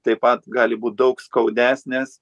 taip pat gali būt daug skaudesnės